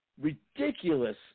ridiculous